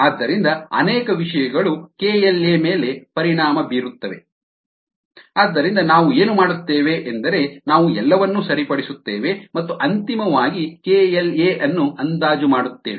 ಆದ್ದರಿಂದ ಅನೇಕ ವಿಷಯಗಳು KLa ಮೇಲೆ ಪರಿಣಾಮ ಬೀರುತ್ತವೆ ಆದ್ದರಿಂದ ನಾವು ಏನು ಮಾಡುತ್ತೇವೆ ಎಂದರೆ ನಾವು ಎಲ್ಲವನ್ನೂ ಸರಿಪಡಿಸುತ್ತೇವೆ ಮತ್ತು ಅಂತಿಮವಾಗಿ KLa ಅನ್ನು ಅಂದಾಜು ಮಾಡುತ್ತೇವೆ